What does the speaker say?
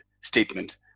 statement